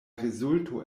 rezulto